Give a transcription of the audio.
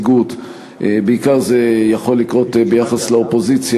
ובעיקר זה יכול לקרות ביחס לאופוזיציה,